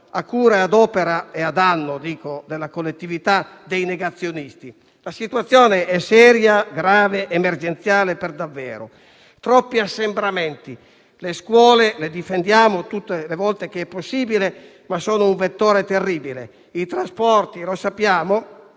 a cura, ad opera e a danno della collettività dei negazionisti. La situazione è seria, grave, emergenziale per davvero; troppi assembramenti. Le scuole le difendiamo tutte le volte che è possibile, ma sono un vettore terribile. Per quanto riguarda